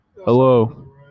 Hello